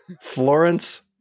Florence